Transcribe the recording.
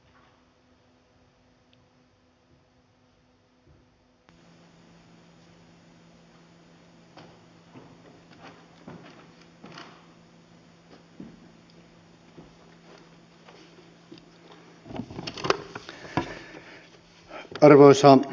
olkaa hyvä